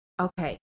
Okay